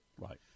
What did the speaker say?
Right